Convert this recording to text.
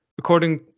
According